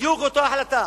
בדיוק אותה החלטה